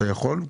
אתה יכול?